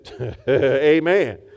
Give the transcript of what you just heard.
Amen